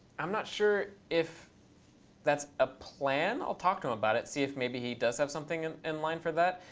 i'm not sure if that's a plan. i'll talk to him about it. see if maybe he does have something in in line for that.